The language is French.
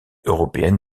européenne